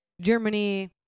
Germany